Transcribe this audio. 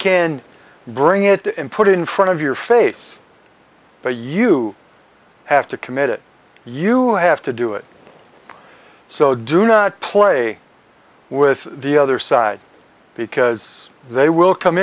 can bring it and put it in front of your face but you have to commit it you have to do it so do not play with the other side because they will come